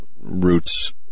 roots